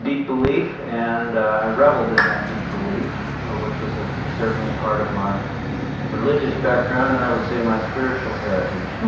deep belief, and i revelled in that deep belief ah which was ah ah certainly part of my religious background and, i would say, my spiritual heritage